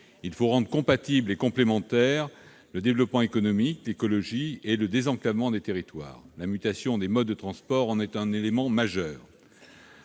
Il faut rendre compatibles et complémentaires le développement économique, l'écologie et le désenclavement des territoires. La mutation des modes de transport en est un élément majeur.